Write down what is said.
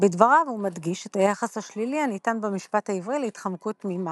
בדבריו הוא מדגיש את היחס השלילי הניתן במשפט העברי להתחמקות ממס.